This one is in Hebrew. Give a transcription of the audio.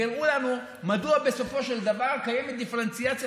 והראו לנו מדוע בסופו של דבר קיימת דיפרנציאציה